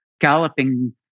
galloping